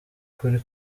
kuri